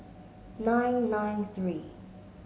nine nine three